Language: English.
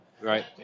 Right